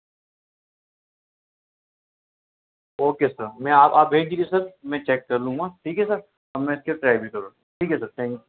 okay sir میں آپ آپ بھیج دیجیے سر میں چیک کر لوں گا ٹھیک ہے سر میں اس کے ٹرائی بھی کروں ٹھیک ہے سر تھینکس